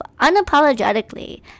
unapologetically